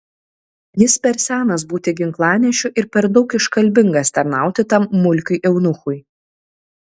jis per senas būti ginklanešiu ir per daug iškalbingas tarnauti tam mulkiui eunuchui